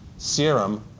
serum